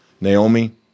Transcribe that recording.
Naomi